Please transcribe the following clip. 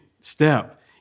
step